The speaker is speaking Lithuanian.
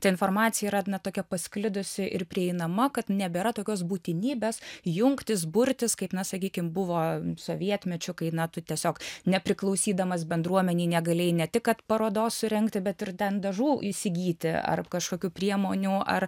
ta informacija yra ne tokia pasklidusi ir prieinama kad nebėra tokios būtinybės jungtis burtis kaip na sakykim buvo sovietmečio kai na tu tiesiog nepriklausydamas bendruomenei negalėjai ne tik kad parodos surengti bet ir ten dažų įsigyti ar kažkokių priemonių ar